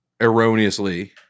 erroneously